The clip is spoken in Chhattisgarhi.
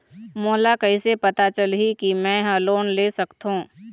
मोला कइसे पता चलही कि मैं ह लोन ले सकथों?